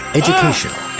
educational